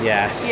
Yes